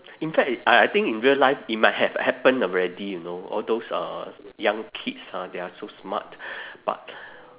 in fact I I think in real life it might have happened already you know all those uh young kids ha they are so smart but